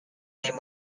same